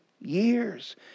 years